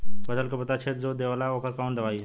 फसल के पत्ता छेद जो देवेला ओकर कवन दवाई ह?